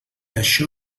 això